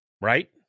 right